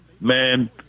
Man